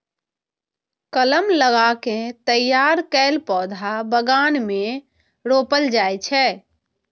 कलम लगा कें तैयार कैल पौधा बगान मे रोपल जाइ छै